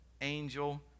angel